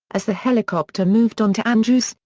as the helicopter moved on to andrews,